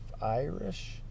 Irish